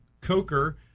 Coker